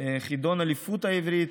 חידון אליפות העברית,